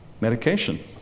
Medication